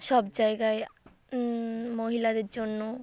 সব জায়গায় মহিলাদের জন্য